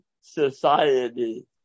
society